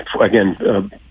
Again